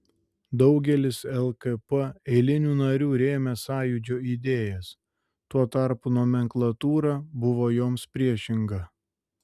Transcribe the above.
daugelis lkp eilinių narių rėmė sąjūdžio idėjas tuo tarpu nomenklatūra buvo joms priešinga